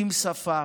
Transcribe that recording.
עם שפה.